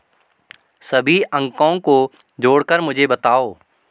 सभी अंकों को जोड़कर मुझे बताओ